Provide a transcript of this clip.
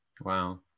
wow